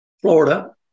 Florida